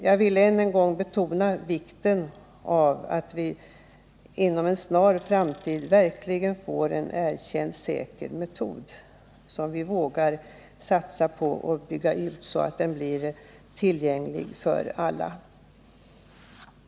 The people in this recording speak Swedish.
Jag vill än en gång betona vikten av att vi inom en snar framtid verkligen får en erkänt säker metod som vi vågar satsa på och bygga ut så att den blir tillgänglig för alla.